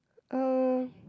eh